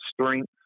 strength